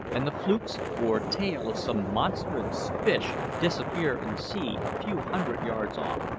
and the flukes or tail of some monstrous fish disappear in the sea a few hundred yards off.